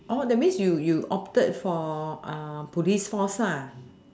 oh that means you you opted for police force lah